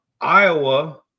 Iowa